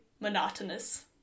monotonous